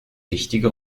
wichtige